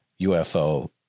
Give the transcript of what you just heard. UFO